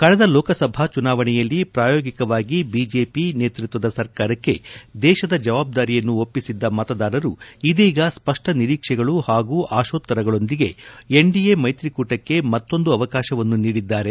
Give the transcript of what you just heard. ಕಳೆದ ಲೋಕಸಭಾ ಚುನಾವಣೆಯಲ್ಲಿ ಪ್ರಾಯೋಗಿಕವಾಗಿ ಬಿಜೆಪಿ ನೇತೃತ್ವದ ಸರ್ಕಾರಕ್ಕೆ ದೇಶದ ಜವಾಬ್ದಾರಿಯನ್ನು ಒಪ್ಪಿಸಿದ್ದ ಮತದಾರರು ಇದೀಗ ಸ್ಪಷ್ಟ ನಿರೀಕ್ಷೆಗಳು ಹಾಗೂ ಆಶೋತ್ತರಗಳೊಂದಿಗೆ ಎನ್ಡಿಎ ಮೈತ್ರಿಕೂಟಕ್ಕೆ ಮತ್ತೊಂದು ಅವಕಾಶವನ್ನು ನೀಡಿದ್ದಾರೆ